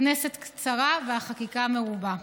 הכנסת קצרה והחקיקה מרובה.